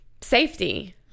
safety